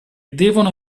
devono